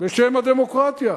בשם הדמוקרטיה.